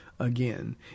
Again